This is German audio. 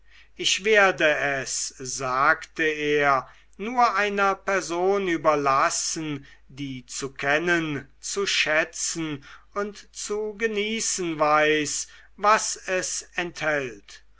ich werde es sagte er nur einer person überlassen die zu kennen zu schätzen und zu genießen weiß was es enthält